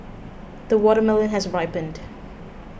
the watermelon has ripened